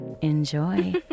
enjoy